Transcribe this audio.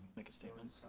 make a statement.